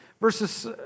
Verses